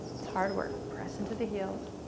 it's hard work. press into the heels.